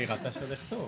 היא ראתה שזה חשוב.